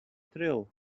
thrill